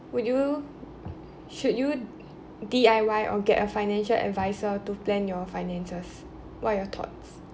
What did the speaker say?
would you should you D_I_Y or get a financial advisor to plan your finances what are your thoughts